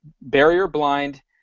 barrier-blind